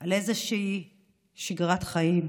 על איזושהי שגרת חיים.